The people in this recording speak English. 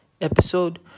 episode